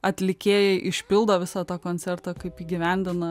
atlikėjai išpildo visą tą koncertą kaip įgyvendina